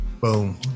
Boom